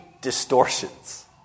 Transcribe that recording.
distortions